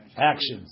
actions